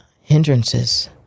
hindrances